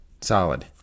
solid